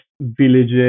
villages